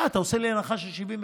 אה, אתה עושה לי הנחה של 75%?